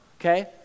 okay